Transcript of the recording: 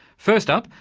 first up,